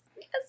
yes